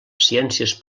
ciències